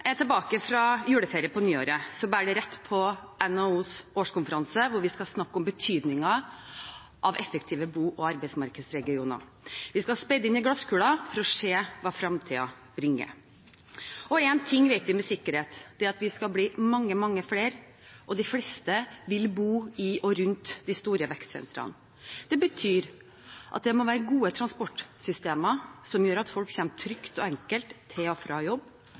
jeg ser virkelig frem til å fortsette det gode samarbeidet med representantene Grøvan og Raja. Når vi er tilbake fra juleferie på nyåret, bærer det rett på NHOs årskonferanse, hvor vi skal snakke om betydningen av effektive bo- og arbeidsmarkedsregioner. Vi skal speide inn i glasskulen for å se hva fremtiden bringer. Én ting vet vi med sikkerhet, det er at vi skal bli mange, mange flere, og de fleste vil bo i og rundt de store vekstsentrene. Det betyr at det må være gode transportsystemer som gjør at folk kommer trygt